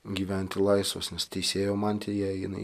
gyventi laisvas nes teisėjo mantija jinai